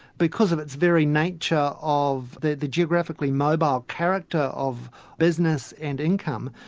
because of its very nature of the the geographically mobile character of business and income,